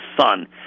son